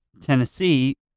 Tennessee